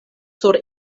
sur